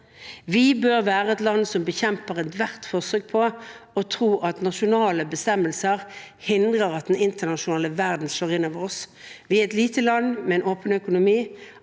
16–19 1705 land som bekjemper ethvert forsøk på å tro at nasjonale bestemmelser hindrer at den internasjonale verden slår innover oss. Vi er et lite land med en åpen økonomi.